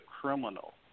criminal